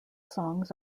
songs